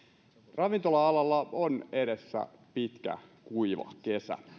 ravintola alalla on edessä pitkä kuiva kesä